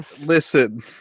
Listen